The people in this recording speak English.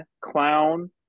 clown